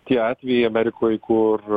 tie atvejai amerikoj kur